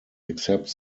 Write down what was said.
except